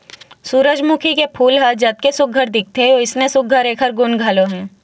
सूरजमूखी के फूल ह जतके सुग्घर दिखथे वइसने सुघ्घर एखर गुन घलो हे